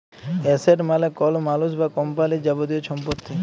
asset মালে কল মালুস বা কম্পালির যাবতীয় ছম্পত্তি